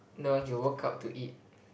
no you work out to eat